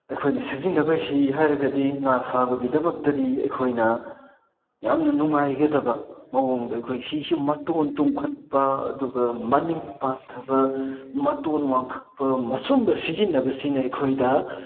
ꯑꯩꯈꯣꯏꯅ ꯁꯤꯖꯤꯟꯅꯕ ꯍꯤ ꯍꯥꯏꯔꯒꯗꯤ ꯉꯥ ꯐꯥꯕꯒꯤꯗꯃꯛꯇꯗꯤ ꯑꯩꯈꯣꯏꯅ ꯌꯥꯝꯅ ꯅꯨꯡꯉꯥꯏꯒꯗꯕ ꯃꯑꯣꯡꯗ ꯑꯩꯈꯣꯏꯒꯤ ꯍꯤꯁꯦ ꯃꯇꯣꯟ ꯇꯨꯝꯈꯠꯄ ꯑꯗꯨꯒ ꯃꯅꯤꯡ ꯄꯥꯛꯊꯕ ꯃꯇꯣꯟ ꯋꯥꯡꯈꯠꯄ ꯃꯁꯨꯝꯕ ꯁꯤꯖꯤꯟꯅꯕꯁꯤꯅ ꯑꯩꯈꯣꯏꯗ